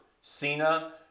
Cena